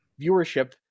viewership